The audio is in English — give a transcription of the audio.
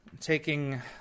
taking